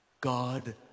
God